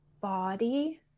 body